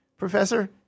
Professor